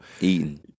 Eating